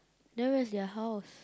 then where's their house